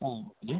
ആ